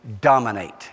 dominate